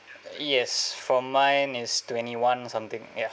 yes from mine is twenty one something ya